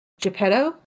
Geppetto